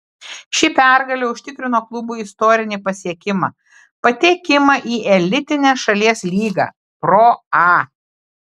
ši pergalė užtikrino klubui istorinį pasiekimą patekimą į elitinę šalies lygą pro a